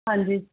ਹਾਂਜੀ